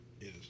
Yes